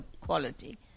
quality